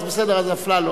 למה לא?